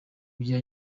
bya